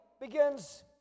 begins